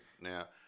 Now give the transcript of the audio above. Now